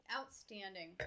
Outstanding